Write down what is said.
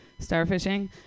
starfishing